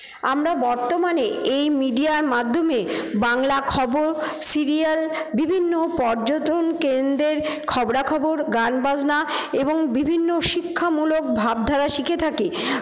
আমরা বর্তমানে এই মিডিয়ার মাধ্যমে বাংলা খবর সিরিয়াল বিভিন্ন পর্যটন কেন্দ্রের খবরাখবর গানবাজনা এবং বিভিন্ন শিক্ষামূলক ভাবধারা শিখে থাকি